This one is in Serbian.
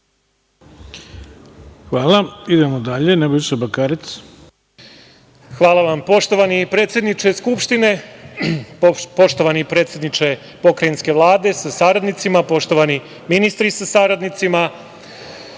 Bakarec. **Nebojša Bakarec** Hvala vam. Poštovani predsedniče Skupštine, poštovani predsedniče Pokrajinske vlade sa saradnicima, poštovani ministri sa saradnicima,